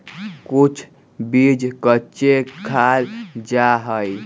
कुछ बीज कच्चे खाल जा हई